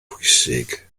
pwysig